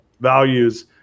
values